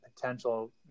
potential